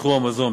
בתחום המזון.